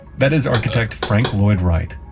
that is architect frank lloyd wright,